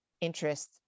interest